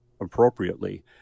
appropriately